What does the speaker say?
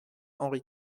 henri